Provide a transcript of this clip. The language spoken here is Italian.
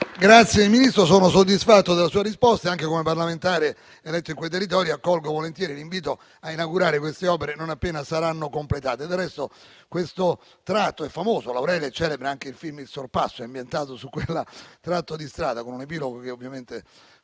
la ringrazio, sono soddisfatto della sua risposta e, come parlamentare eletto in quei territori, accolgo volentieri l'invito a inaugurare queste opere non appena saranno completate. Del resto, questo tratto è famoso. L'Aurelia è celebre e anche il film «Il sorpasso» è ambientato su quel tratto di strada, con un epilogo che ovviamente